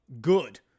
good